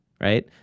right